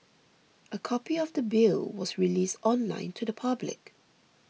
a copy of the Bill was released online to the public